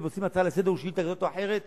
ומגישים הצעה לסדר ושאילתא כזאת או אחרת,